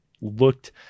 looked